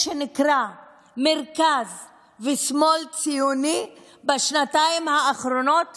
שנקרא מרכז ושמאל ציוני בשנתיים האחרונות